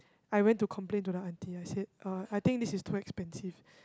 I went to complain to the aunty I said uh I think this is too expensive